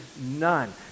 none